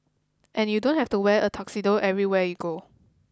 and you don't have to wear a tuxedo everywhere you go